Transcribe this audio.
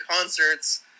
concerts